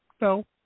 No